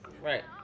Right